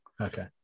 Okay